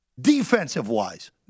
Defensive-wise